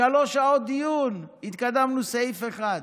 שלוש שעות דיון, התקדמנו סעיף אחד.